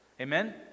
Amen